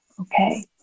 okay